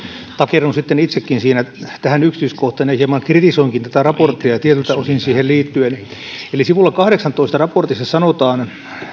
takerrun sitten itsekin siinä tähän yksityiskohtaan ja hieman kritisoinkin tätä raporttia tietyiltä osin siihen liittyen sivulla kahdeksassatoista raportissa sanotaan